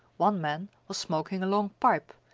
one man was smoking a long pipe,